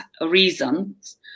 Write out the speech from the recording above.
reasons